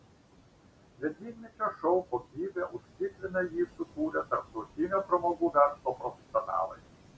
ledynmečio šou kokybę užtikrina jį sukūrę tarptautinio pramogų verslo profesionalai